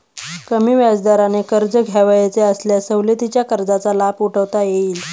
कमी व्याजदराने कर्ज घ्यावयाचे असल्यास सवलतीच्या कर्जाचा लाभ उठवता येईल